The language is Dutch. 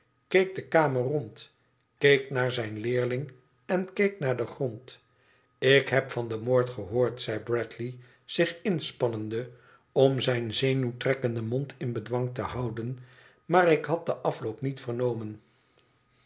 keek de kamer rond keek naar zijn leerling en keek naarden grond tik hebvan den moord gehoord zei bradley zich inspannende om zijn zenuwtrekkenden mond in bedwang te houden maar ik had den afloop niet vernomen